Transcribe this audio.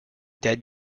dead